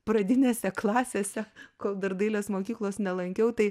pradinėse klasėse kol dar dailės mokyklos nelankiau tai